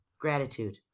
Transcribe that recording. gratitude